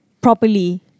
properly